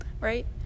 right